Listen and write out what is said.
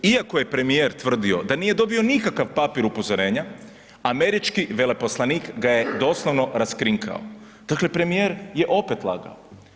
Iako je premijer tvrdio da nije dobio nikakav papir upozorenja američki veleposlanik ga je doslovno raskrinkao, dakle premijer je opet lagao.